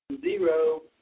Zero